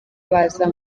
baza